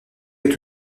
est